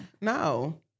No